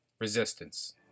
resistance